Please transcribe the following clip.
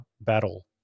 battle